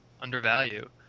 undervalue